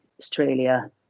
Australia